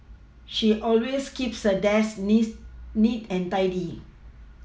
she always keeps her desk needs neat and tidy